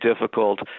difficult